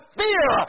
fear